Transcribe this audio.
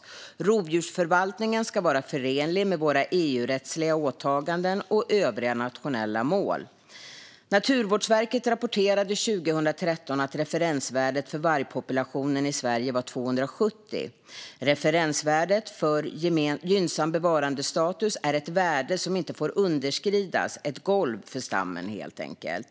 Rovdjursförvaltningen ska vara förenlig med våra EU-rättsliga åtaganden och övriga nationella mål. Naturvårdsverket rapporterade 2013 att referensvärdet för vargpopulationen i Sverige var 270. Referensvärdet för gynnsam bevarandestatus är ett värde som inte får underskridas - ett golv för stammen, helt enkelt.